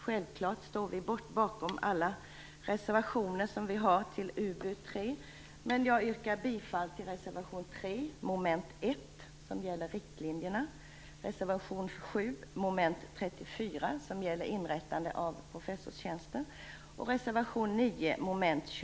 Självfallet står vi i Folkpartiet bakom alla våra reservationer till UbU3, men jag yrkar bifall till reservation 3 mom. 1, som gäller riktlinjerna, reservation 7